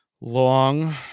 long